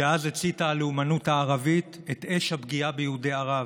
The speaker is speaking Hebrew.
שאז הציתה הלאומנות הערבית את אש הפגיעה ביהודי ערב,